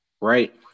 right